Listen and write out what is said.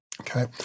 okay